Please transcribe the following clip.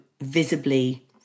visibly